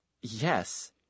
Yes